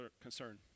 concern